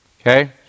Okay